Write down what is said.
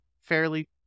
fairly